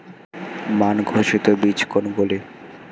মান ঘোষিত বীজ কোনগুলি?